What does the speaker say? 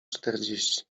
czterdzieści